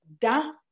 Da